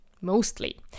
mostly